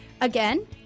Again